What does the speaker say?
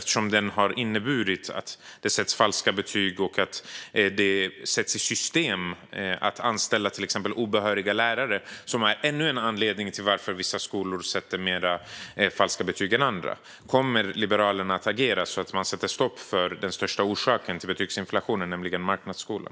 Till exempel sätts det i system att anställa obehöriga lärare, som är ännu en anledning till att vissa skolor sätter fler falska betyg än andra. Kommer Liberalerna att agera så att man sätter stopp för den största orsaken till betygsinflationen, nämligen marknadsskolan?